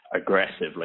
aggressively